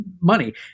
money